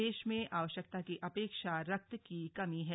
देश में आवश्यकता की अपेक्षा रक्त की कमी है